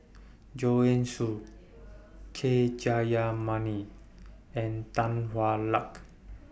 Joanne Soo K Jayamani and Tan Hwa Luck